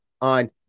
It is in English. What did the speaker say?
on